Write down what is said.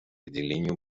отделению